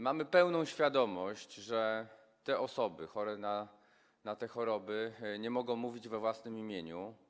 Mamy pełną świadomość, że te osoby chore na te choroby nie mogą mówić we własnym imieniu.